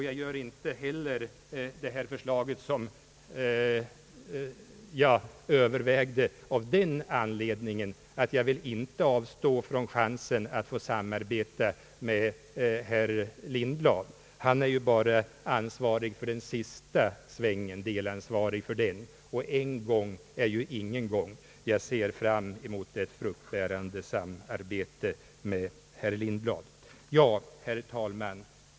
Jag vill inte heller säga vad jag övervägde, av den anledningen att jag inte vill avstå från chansen att få samarbeta med herr Lindblad. Han är bara ansvarig för den sista svängen, och en gång är ju ingen gång. Jag ser fram mot ett fruktbärande samarbete med herr Lindblad. Herr talman!